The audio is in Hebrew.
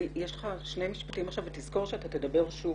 יש לך עכשיו שני משפטים ותזכור שאתה תדבר שוב